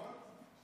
נכון?